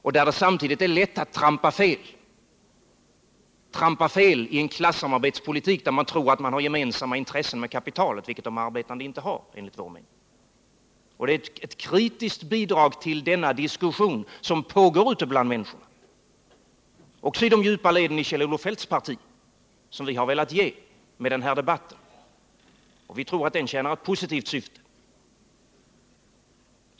Därvid är det samtidigt lätt att trampa fel — i en klassamarbetspolitik där man tror att man har gemensamma intressen med kapitalet, vilket de arbetande enligt vår mening inte har. Det är ett kritiskt bidrag till denna diskussion som pågår ute bland människorna, också i de djupa leden i Kjell-Olof Feldts parti, som vi har velat ge med den här debatten. Vi tror att den tjänar ett positivt syfte.